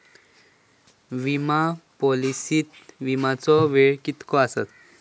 विमा पॉलिसीत विमाचो वेळ कीतको आसता?